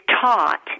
taught